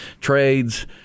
trades